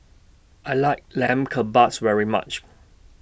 I like Lamb Kebabs very much